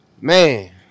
Man